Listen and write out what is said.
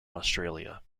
australia